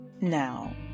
Now